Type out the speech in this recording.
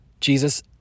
Jesus